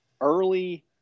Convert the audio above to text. early